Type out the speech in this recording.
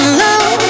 love